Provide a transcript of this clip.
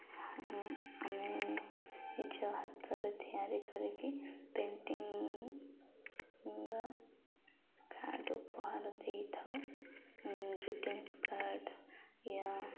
ଆମେ ନିଜ ହାତରେ ତିଆରି କରିକି ପେଣ୍ଟିଂ ବା କାର୍ଡ଼୍ ଉପହାର ଦେଇଥାଉ ଗ୍ରିଟିଂସ୍ କାର୍ଡ଼୍ ୟା